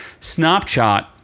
Snapchat